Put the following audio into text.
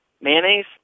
mayonnaise